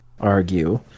argue